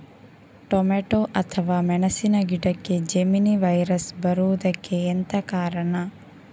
Tomato ಅಥವಾ ಮೆಣಸಿನ ಗಿಡಕ್ಕೆ ಜೆಮಿನಿ ವೈರಸ್ ಬರುವುದಕ್ಕೆ ಎಂತ ಕಾರಣ?